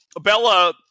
Bella